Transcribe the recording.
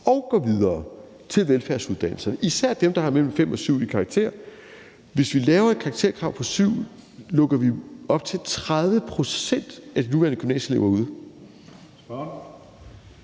de går videre til velfærdsuddannelserne, især dem, der har mellem 5 og 7 i karakter. Hvis vi laver et karakterkrav på 7, lukker vi jo op til 30 pct. af de nuværende gymnasieelever ude.